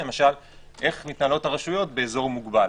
למשל איך מתנהלות הרשויות באזור מוגבל,